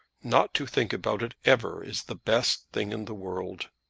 not to think about it ever is the best thing in the world.